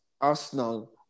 Arsenal